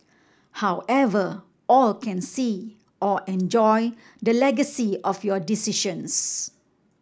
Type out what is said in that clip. however all can see or enjoy the legacy of your decisions